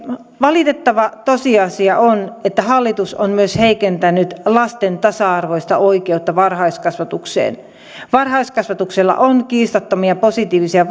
valitettava tosiasia on että hallitus on heikentänyt myös lasten tasa arvoista oikeutta varhaiskasvatukseen varhaiskasvatuksella on kiistattomia positiivisia